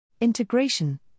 Integration